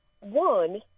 One